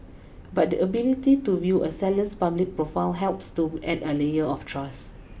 but the ability to view a seller's public profile helps to add a layer of trust